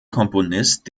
komponist